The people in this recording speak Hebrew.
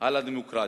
על הדמוקרטיה,